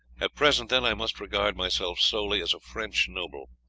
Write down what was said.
at present, then, i must regard myself solely as a french noble,